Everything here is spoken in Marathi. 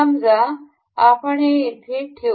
समजा आपण हे येथे ठेवू